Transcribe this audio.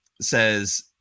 says